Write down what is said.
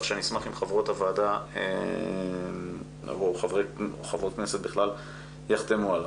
שנשמח אם חברות הוועדה או חברות כנסת בכלל יחתמו עליו.